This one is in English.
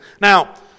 Now